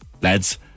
lads